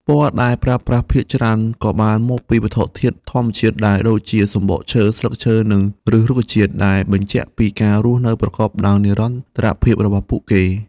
ពណ៌ដែលប្រើប្រាស់ភាគច្រើនក៏បានមកពីវត្ថុធាតុធម្មជាតិដែរ ដូចជា សំបកឈើ ស្លឹកឈើ និងឬសរុក្ខជាតិ ដែលបញ្ជាក់ពីការរស់នៅប្រកបដោយនិរន្តរភាពរបស់ពួកគេ។